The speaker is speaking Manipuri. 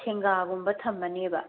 ꯁꯦꯡꯒꯥꯒꯨꯝꯕ ꯊꯝꯃꯅꯦꯕ